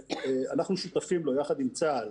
שאנחנו שותפים לו יחד עם צה"ל,